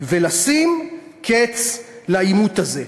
ולשים קץ לעימות הזה,